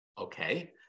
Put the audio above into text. Okay